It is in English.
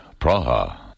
Praha